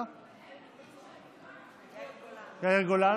יאיר גולן?